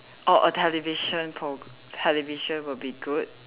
orh a television pro~ television would be good